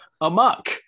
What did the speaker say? amok